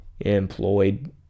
employed